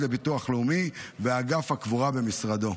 לביטוח לאומי באגף הקבורה במשרדו.